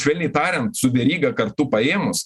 švelniai tariant su veryga kartu paėmus